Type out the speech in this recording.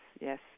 Yes